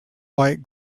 white